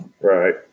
Right